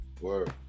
Word